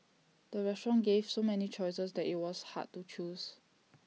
the restaurant gave so many choices that IT was hard to choose